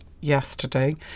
yesterday